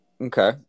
Okay